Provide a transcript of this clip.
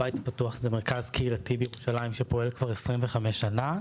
הבית הפתוח זה מרכז קהילתי בירושלים שפועל כבר 25 שנה.